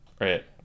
Right